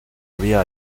había